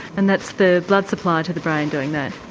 and that's the blood supply to the brain doing that.